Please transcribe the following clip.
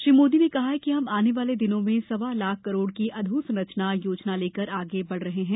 श्री मोदी ने कहा कि हम आने वाले दिनों में सौ लाख करोड़ की अधोसंरचना योजना लेकर आगे बढ़ रहे हैं